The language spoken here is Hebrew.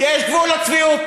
אני אענה לך.